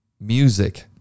music